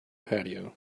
patio